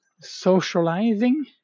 socializing